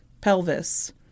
pelvis